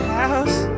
house